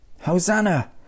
Hosanna